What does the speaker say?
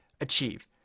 achieve